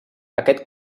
aquest